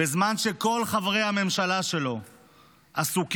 בזמן שכל חברי הממשלה שלו עסוקים